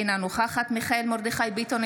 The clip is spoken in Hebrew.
אינה נוכחת מיכאל מרדכי ביטון,